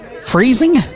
freezing